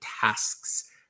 tasks